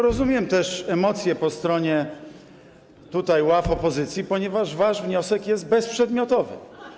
Rozumiem też emocje po stronie tutaj ław opozycji, ponieważ wasz wniosek jest bezprzedmiotowy.